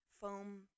foam